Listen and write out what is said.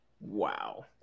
Wow